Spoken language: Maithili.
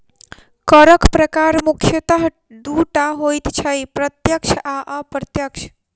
करक प्रकार मुख्यतः दू टा होइत छै, प्रत्यक्ष आ अप्रत्यक्ष